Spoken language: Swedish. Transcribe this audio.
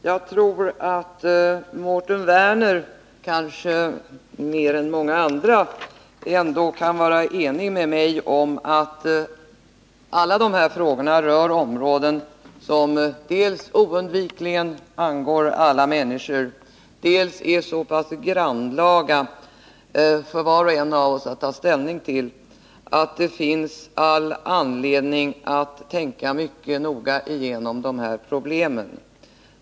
Jag tror att Mårten Werner kanske mer än många andra ändå kan vara enig med mig om att alla de här frågorna rör områden som dels oundvikligen angår alla människor, dels är så pass grannlaga för var och en av oss att ta ställning till att det finns all anledning att tänka mycket noga igenom de här problemen.